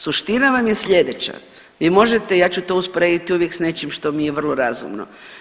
Suština nam je slijedeća, vi možete, ja ću to usporediti uvijek s nečim što mi je vrlo razumno.